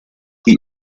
the